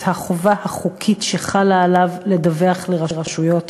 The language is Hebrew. החובה החוקית שחלה עליו לדווח לרשויות